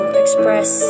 express